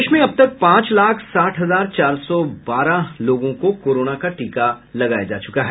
प्रदेश में अब तक पांच लाख साठ हजार चार सौ बारह लोगों को कोरोना का टीका का लगाया जा चुका है